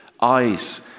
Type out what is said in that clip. eyes